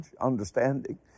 understanding